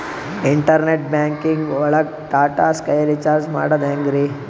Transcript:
Internet banking ಒಳಗ್ Tata Sky recharge ಮಾಡದ್ ಹೆಂಗ್ರೀ?